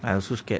I also scared